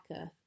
earth